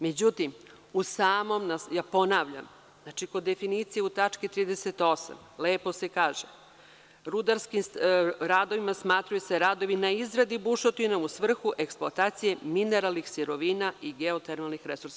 Međutim, ponavljam, kod definicije u tački 38. lepo se kaže – rudarskim radovima smatraju se radovi na izradi bušotina u svrhu eksploatacije mineralnih sirovina i geotermalnih resursa.